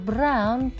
Brown